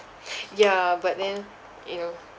ya but then you know